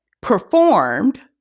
performed